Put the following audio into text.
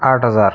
आठ हजार